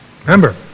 Remember